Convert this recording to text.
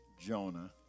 Jonah